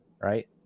right